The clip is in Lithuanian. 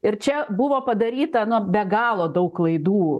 ir čia buvo padaryta nu be galo daug klaidų